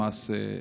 למעשה,